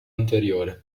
anteriore